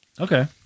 Okay